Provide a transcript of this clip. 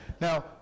Now